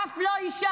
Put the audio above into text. אף לא אישה,